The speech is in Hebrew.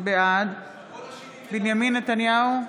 בעד בנימין נתניהו,